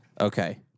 Okay